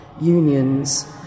unions